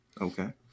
Okay